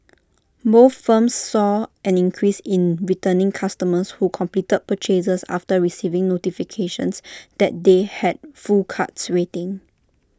both firms saw an increase in returning customers who completed purchases after receiving notifications that they had full carts waiting